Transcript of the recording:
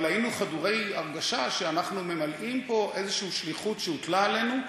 אבל היינו חדורי הרגשה שאנחנו ממלאים פה איזושהי שליחות שהוטלה עלינו,